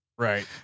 Right